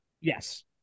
yes